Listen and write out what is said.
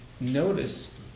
notice